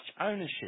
ownership